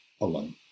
alone